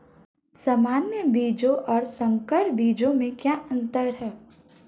सामान्य बीजों और संकर बीजों में क्या अंतर है?